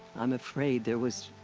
i'm afraid there was.